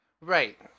Right